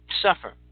suffer